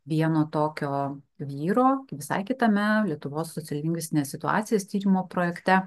vieno tokio vyro visai kitame lietuvos sociolingvistinės situacijos tyrimo projekte